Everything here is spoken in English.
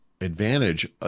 advantage